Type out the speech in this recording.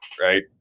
right